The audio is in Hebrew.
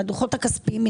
מהדוחות הכספיים,